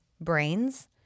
brains